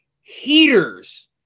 heaters